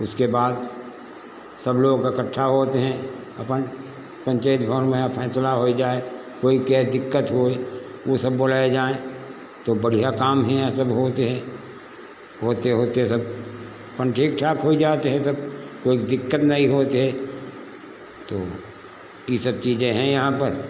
उसके बाद सब लोग इकट्ठा होता हैं अपन पंचायत भवन में फैसला होई जाए कोई कहे दिक्कत होए वो सब बोलें जाएं तो बढ़िया काम यहाँ सब होत है होते होते सब ठीक ठाक हुई जात है सब कोई दिक्कत नहीं होता है तो ये सब चीज़ें हैं यहाँ पर